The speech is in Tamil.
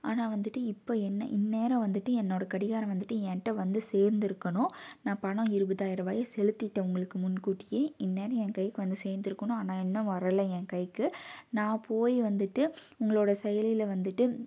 ஆனால் வந்துட்டு இப்போ என்ன இந்நேரம் வந்துட்டு என்னோட கடிகாரம் வந்துட்டு என்ட்ட வந்து சேந்திருக்கணும் நான் பணம் இருபதாயிர ரூபாயை செலுத்திட்டேன் உங்களுக்கு முன் கூட்டியே இந்நேரம் என் கைக்கு வந்து சேந்திருக்கணும் ஆனால் இன்னும் வரலை என் கைக்கு நான் போய் வந்துட்டு உங்களோட செயலியில் வந்துட்டு